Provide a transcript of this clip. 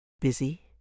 busy